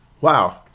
Wow